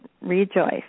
Rejoice